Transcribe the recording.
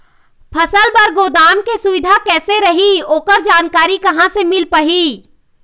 फसल बर गोदाम के सुविधा कैसे रही ओकर जानकारी कहा से मिल पाही?